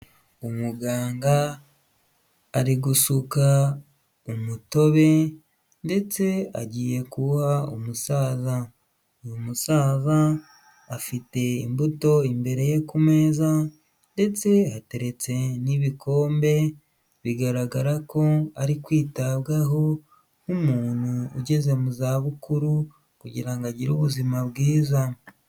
Umuganga ari gusuka umutobe ndetse agiye kuwuha umusaza, uyu musaza afite imbuto imbere ye ku meza ndetse hateretse n'ibikombe, bigaragara ko ari kwitabwaho nk'umuntu ugeze mu zabukuru kugira ngo agire ubuzima bwiza.